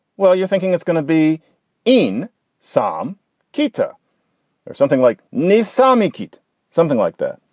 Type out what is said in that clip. well you're thinking it's gonna be in song keiter or something like ni saami keat something like that.